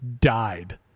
died